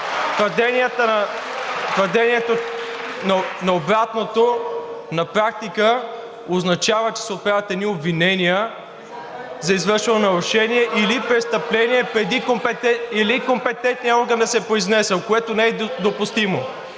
Твърденията на обратното на практика означава, че се отправят едни обвинения за извършено нарушение или престъпление преди компетентният орган да се е произнесъл, което не е допустимо.